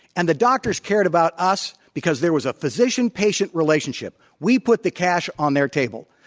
and the doctors cared about us because there was a physician-patient relationship. we put the cash on their table.